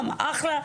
אחלה.